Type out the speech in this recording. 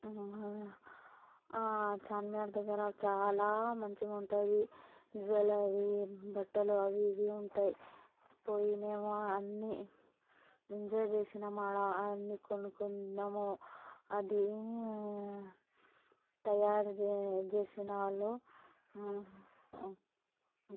చార్మినార్ దగ్గర చాలా మంచిగుంటుంది జువెలరీ బట్టలు అవి ఇవి ఉంటాయి పోయి మేము అన్నీ ఎంజాయ్ చేసినాము ఆడ అన్నీ కొనుక్కొని తిన్నాము అది తయారుచేసినోళ్లు